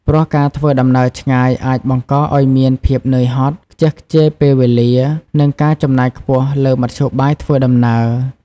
ព្រោះការធ្វើដំណើរឆ្ងាយអាចបង្កឱ្យមានភាពនឿយហត់ ខ្ជះខ្ជាយពេលវេលា និងការចំណាយខ្ពស់លើមធ្យោបាយធ្វើដំណើរ។